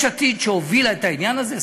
יש עתיד שהובילה את העניין הזה,